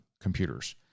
computers